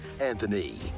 Anthony